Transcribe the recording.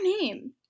name